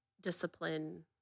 discipline